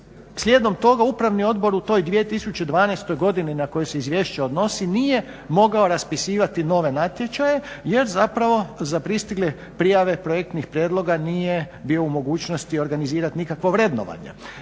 slijedom toga upravni odbor u toj 2012. godini na koju se izvješće odnosi nije mogao raspisivati nove natječaje jer zapravo za pristigle prijave projektnih prijedloga nije bio u mogućnosti organizirat nikakvo vrednovanje.